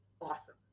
awesome